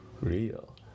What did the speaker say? real